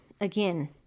again